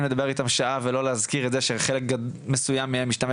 לדבר איתם שעה ולא להזכיר את זה שחלק מסוים מהם משתמש